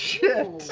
shit!